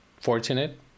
fortunate